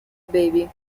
baby